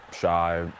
shy